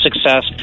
success